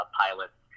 pilots